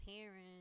parents